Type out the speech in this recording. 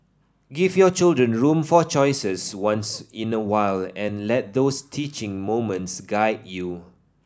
give your children room for choices once in a while and let those teaching moments guide you